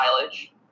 mileage